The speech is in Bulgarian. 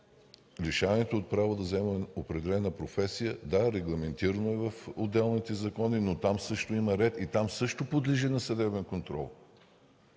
Лишаването от право да заема определена професия – да, регламентирано е в отделните закони, но там също има ред и там също подлежи на съдебен контрол.